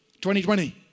2020